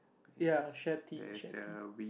ya Share-Tea Share-Tea